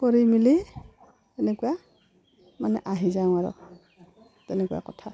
কৰি মেলি এনেকুৱা মানে আহি যাওঁ আৰু তেনেকুৱা কথা